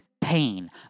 Pain